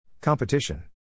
Competition